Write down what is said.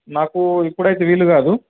నాకు ఇప్పుడయితే వీలు కాదు